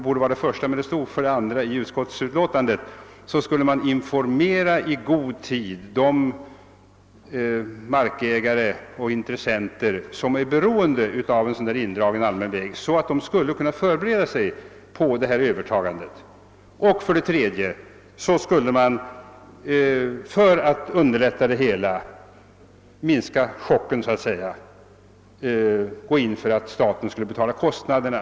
Vidare skulle man i god tid informera de markägare och intressenter som är beroende av en sådan här indragen allmän väg, så att de skulle kunna förbereda sig på övertagandet. För det tredje skulle man för att underlätta det hela — så att säga för att minska chocken — gå in för att staten skulle betala kostnaderna.